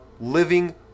living